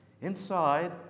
inside